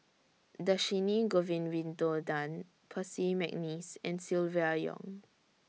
Dhershini Govin Winodan Percy Mcneice and Silvia Yong